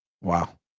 Wow